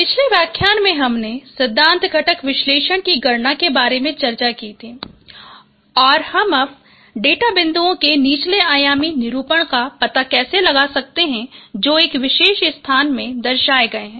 पिछले व्याख्यान में हमने सिद्धांत घटक विश्लेषण की गणना के बारे में चर्चा की थी और हम अब डेटा बिंदुओं के निचले आयामी निरूपण का पता कैसे लगा सकते हैं जो एक विशेष स्थान में दर्शाए गए हैं